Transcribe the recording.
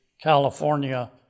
California